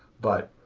but